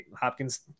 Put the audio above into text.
Hopkins